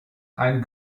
ein